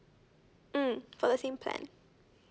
mm for the same plan